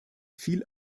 viel